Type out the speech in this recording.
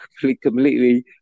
completely